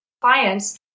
clients